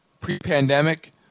Pre-pandemic